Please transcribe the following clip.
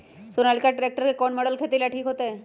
Sonalika tractor के कौन model खेती ला ठीक होतै?